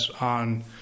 on